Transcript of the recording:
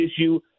issue